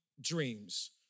dreams